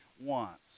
wants